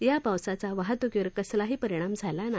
या पावसाचा वाहतूकीवर कसलाही परिणाम झाला नाही